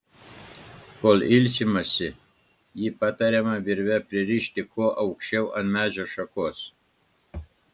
kol ilsimasi jį patariama virve pririšti kuo aukščiau ant medžio šakos